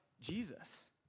Jesus